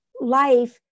life